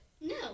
No